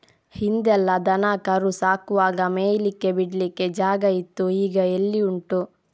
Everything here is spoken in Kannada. ಹಿಂದೆಲ್ಲ ದನ ಕರು ಸಾಕುವಾಗ ಮೇಯ್ಲಿಕ್ಕೆ ಬಿಡ್ಲಿಕ್ಕೆ ಜಾಗ ಇತ್ತು ಈಗ ಎಲ್ಲಿ ಉಂಟು